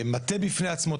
מטה בפני עצמו,